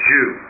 Jew